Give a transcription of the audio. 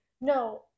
No